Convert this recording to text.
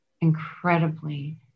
incredibly